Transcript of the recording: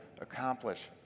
accomplish